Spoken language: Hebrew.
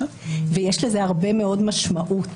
ויש לזה הרבה מאוד משמעות.